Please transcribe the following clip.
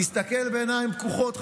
תסתכל בעיניים פקוחות,